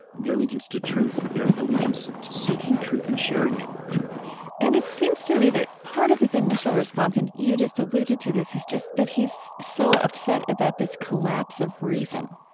their allegiance to truth, their allegiance to seeking truth and sharing it and it seems to me that part of his initial response, and you just alluded to this, is just that he's so upset about this collapse of reason